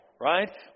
right